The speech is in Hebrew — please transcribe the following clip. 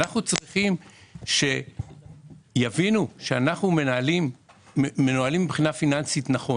אנחנו צריכים שיבינו שאנחנו מנוהלים מבחינה פיננסית נכון.